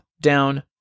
down